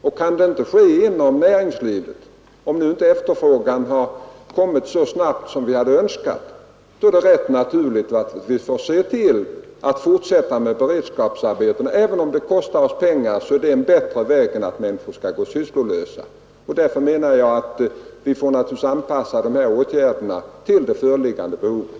Om det inte kan ske inom näringslivet på grund av att efterfrågan inte har stigit så snabbt som vi hade önskat, är det rätt naturligt att vi fortsätter med beredskapsarbetena. Även om det kostar oss pengar är det en bättre väg än att människor skall gå sysslolösa. Därför menar jag att vi får anpassa åtgärderna till det föreliggande behovet.